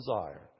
desire